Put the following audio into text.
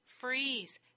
freeze